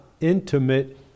intimate